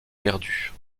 perdues